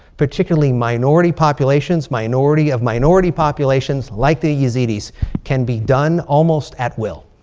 particularly minority populations. minority of minority populations, like the yazidis can be done almost at will.